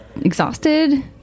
exhausted